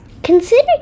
Consider